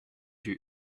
you